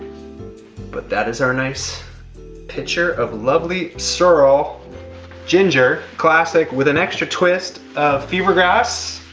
but that is our nice pitcher of lovely sorrel ginger, classic with an extra twist of fever grass